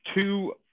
two